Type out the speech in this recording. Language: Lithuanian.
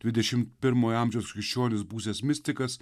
dvidešimtpirmojo amžiaus krikščionis būsiantis mistikas